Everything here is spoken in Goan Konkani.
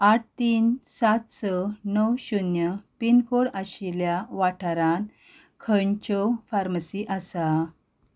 आठ तीन सात स णव शुन्य पिनकोड आशिल्ल्या वाठारांत खंयच्यो फार्मासी आसा